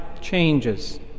changes